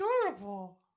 adorable